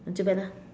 then too bad lah